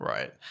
Right